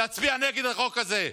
להצביע נגד החוק הזה.